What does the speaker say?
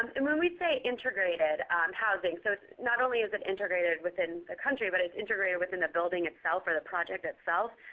and when we say integrated integrated housing, so not only is it integrated within the country, but it's integrated within the building itself or the project itself.